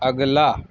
اگلا